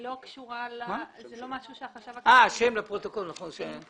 זה לא משהו שהחשב הכללי קשור.